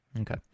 Okay